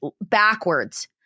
backwards